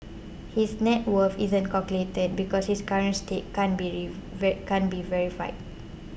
his net worth isn't calculated because his current stake can't be verified